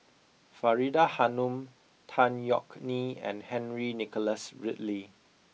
Faridah Hanum Tan Yeok Nee and Henry Nicholas Ridley